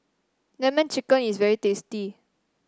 lemon chicken is very tasty